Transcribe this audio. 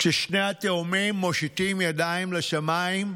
כשהתאומים מושיטים ידיים לשמיים,